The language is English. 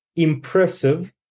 Impressive